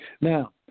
Now